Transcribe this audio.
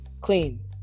clean